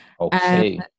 Okay